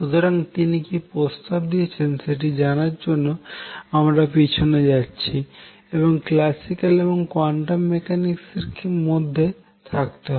সুতরাং তিনি কি প্রস্তাব দিয়েছেন সেটি জানার জন্য আমরা পেছনে যাচ্ছি এবং ক্ল্যাসিক্যাল এবং কোয়ান্টাম মেকানিক্স এর মধ্যে থাকতে হবে